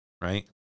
Right